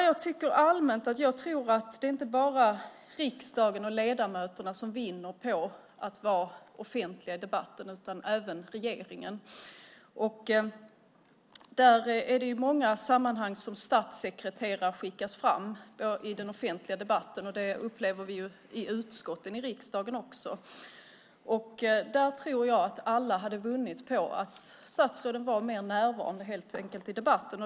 Jag tror att det inte bara är riksdagen och ledamöterna som vinner på att vara offentliga i debatten utan även regeringen. Det är i många sammanhang som statssekreterare skickas fram i den offentliga debatten. Det upplever vi i utskotten i riksdagen också. Jag tror att alla skulle vinna på att statsråden helt enkelt var mer närvarande i debatten.